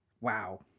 Wow